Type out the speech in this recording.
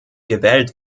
gewählt